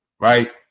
right